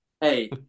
Hey